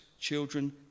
children